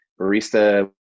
barista